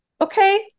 okay